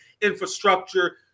infrastructure